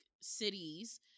cities